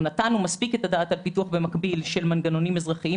מספיק את הדעת על פיתוח מקביל של מנגנונים אזרחיים.